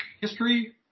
History